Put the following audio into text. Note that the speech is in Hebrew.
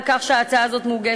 על כך שההצעה הזאת מוגשת.